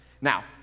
Now